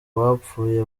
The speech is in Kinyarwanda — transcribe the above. bapfuye